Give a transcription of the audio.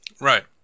Right